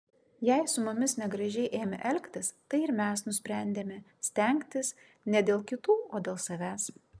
jei su mumis negražiai ėmė elgtis tai ir mes nusprendėme stengtis ne dėl kitų o dėl savęs